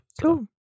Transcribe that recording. Cool